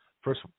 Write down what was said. first